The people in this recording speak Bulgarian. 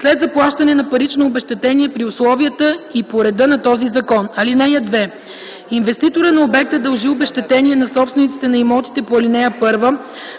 след заплащане на парично обезщетение при условията и по реда на този закон. (2) Инвеститорът на обекта дължи обезщетение на собствениците на имотите по ал. 1